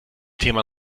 thema